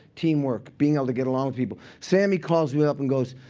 teamwork, being able to get along with people. sammy calls you up and goes,